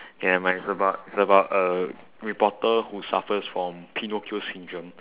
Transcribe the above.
never mind it's about it's about a reporter who suffers from pinocchio syndrome